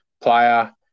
player